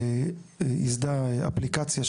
המדינה ייסדה אפליקציה,